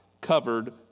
covered